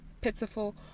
pitiful